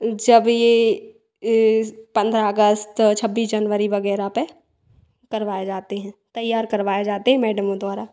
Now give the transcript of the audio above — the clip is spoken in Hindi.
जब यह पंद्रह अगस्त छब्बीस जनवरी वगैरह पर करवाए जाते हैं तैयार करवाए जाते हैं मैडमों द्वारा